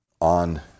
on